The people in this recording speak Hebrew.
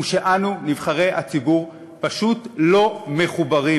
הוא שאנו, נבחרי הציבור, פשוט לא מחוברים.